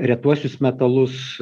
retuosius metalus